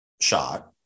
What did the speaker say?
shot